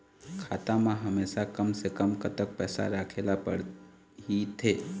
खाता मा हमेशा कम से कम कतक पैसा राखेला पड़ही थे?